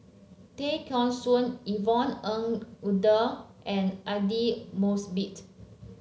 Tay Kheng Soon Yvonne Ng Uhde and Aidli Mosbit